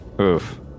Oof